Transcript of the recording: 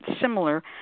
similar